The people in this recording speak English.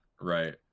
Right